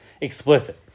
explicit